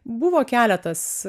buvo keletas